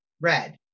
red